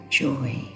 joy